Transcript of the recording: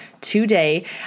today